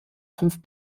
fünf